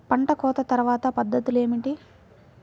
పంట కోత తర్వాత పద్ధతులు ఏమిటి?